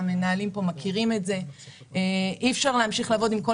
אי אפשר להמשיך לעבוד כשכל